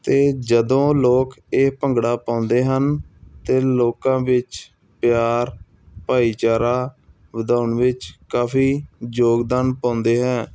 ਅਤੇ ਜਦੋਂ ਲੋਕ ਇਹ ਭੰਗੜਾ ਪਉਂਦੇ ਹਨ ਤਾਂ ਲੋਕਾਂ ਵਿੱਚ ਪਿਆਰ ਭਾਈਚਾਰਾ ਵਧਾਉਣ ਵਿੱਚ ਕਾਫ਼ੀ ਯੋਗਦਾਨ ਪਾਉਂਦੇ ਹੈ